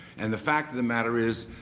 and the fact of the matter is